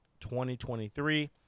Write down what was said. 2023